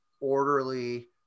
orderly